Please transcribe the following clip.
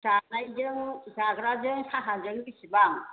जानायजों जाग्राजों साहाजों बेसेबां